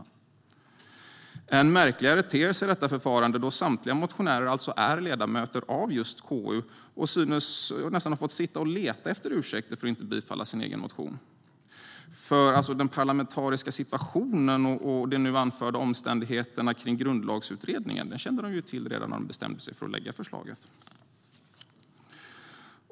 Än märkligare ter sig detta förfarande då samtliga motionärer är ledamöter av just KU och nästan synes ha fått sitta och leta efter ursäkter för att inte tillstyrka sin egen motion. Den parlamentariska situationen och de nu anförda omständigheterna kring Grundlagsutredningen kände de nämligen till redan när de bestämde sig för att lägga fram förslaget.